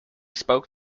spoke